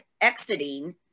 exiting